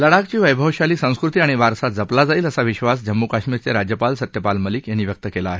लडाखची वैभवशाली संस्कृती आणि वारसा जपला जाईल असा विश्वास जम्मू काश्मीरचे राज्यपाल सत्यपाल मलिक यांनी व्यक्त केला आहे